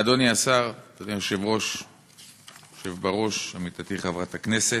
אדוני השר, אדוני היושב-ראש, עמיתתי חברת הכנסת,